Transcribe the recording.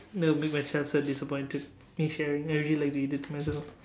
that will make my child so disappointed in sharing I really like to eat it to myself